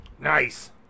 Nice